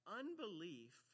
unbelief